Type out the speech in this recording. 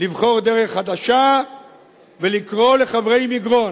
לבחור דרך חדשה ולקרוא לחברי מגרון,